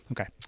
okay